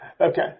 okay